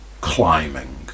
climbing